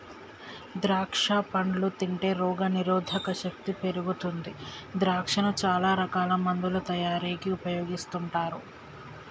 ద్రాక్షా పండ్లు తింటే రోగ నిరోధక శక్తి పెరుగుతుంది ద్రాక్షను చాల రకాల మందుల తయారీకి ఉపయోగిస్తుంటారు